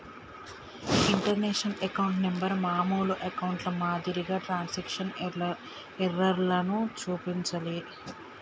international account number మామూలు అకౌంట్ల మాదిరిగా ట్రాన్స్క్రిప్షన్ ఎర్రర్లను చూపించలే